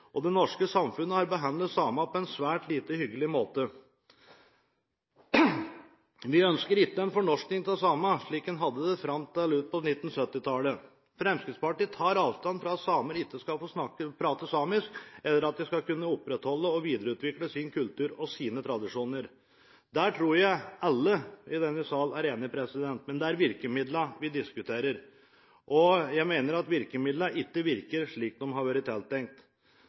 og det norske samfunnet har behandlet samene på en svært lite hyggelig måte. Vi ønsker ikke en fornorskning av samene, slik en hadde det til utpå 1970-tallet. Fremskrittspartiet tar avstand fra at samer ikke skal få prate samisk eller kunne opprettholde og videreutvikle sin kultur og sine tradisjoner. Det tror jeg alle i denne sal er enige om, men det er virkemidlene vi diskuterer. Jeg mener virkemidlene ikke virker slik de var tenkt å skulle virke. Jeg mener vi har